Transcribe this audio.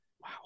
Wow